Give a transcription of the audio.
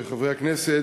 חברי הכנסת,